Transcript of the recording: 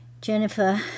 Jennifer